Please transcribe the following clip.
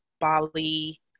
Bali